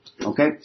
Okay